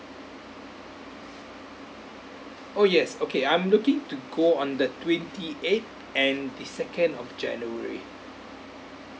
oh yes okay I'm looking to go on the twenty eighth and the second of january